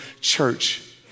church